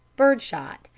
bird shot,